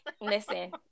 Listen